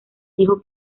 dijo